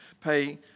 pay